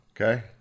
Okay